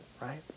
right